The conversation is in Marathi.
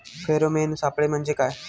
फेरोमेन सापळे म्हंजे काय?